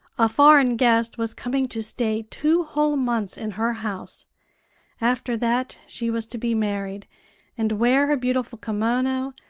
a foreign guest was coming to stay two whole months in her house after that she was to be married and wear her beautiful kimono,